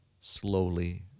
slowly